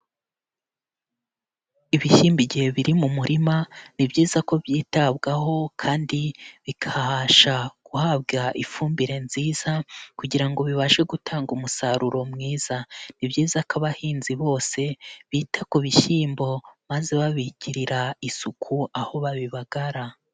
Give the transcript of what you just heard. Ibishyimbo igihe biri mu murima, ni byiza ko byitabwaho kandi bikabasha guhabwa ifumbire nziza kugira ngo bibashe gutanga umusaruro mwiza, ni byiza ko abahinzi bose bita ku bishyimbo maze babigirira isuku aho babibagara.